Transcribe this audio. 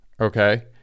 okay